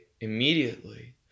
immediately